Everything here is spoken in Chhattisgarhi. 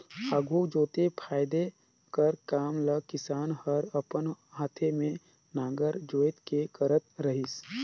आघु जोते फादे कर काम ल किसान हर अपन हाथे मे नांगर जोएत के करत रहिस